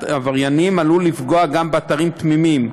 עברייניים עלולה לפגוע גם באתרים תמימים,